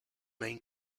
main